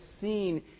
seen